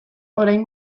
orain